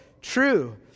true